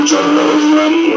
Jerusalem